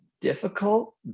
difficult